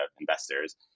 investors